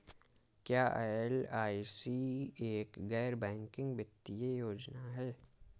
क्या एल.आई.सी एक गैर बैंकिंग वित्तीय योजना है?